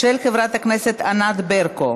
של חברת הכנסת ענת ברקו.